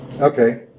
Okay